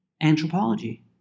anthropology